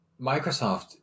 microsoft